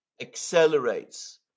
accelerates